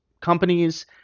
companies